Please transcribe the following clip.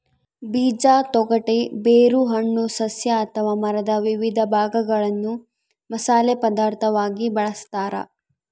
ಬೀಜ ತೊಗಟೆ ಬೇರು ಹಣ್ಣು ಸಸ್ಯ ಅಥವಾ ಮರದ ವಿವಿಧ ಭಾಗಗಳನ್ನು ಮಸಾಲೆ ಪದಾರ್ಥವಾಗಿ ಬಳಸತಾರ